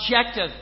objective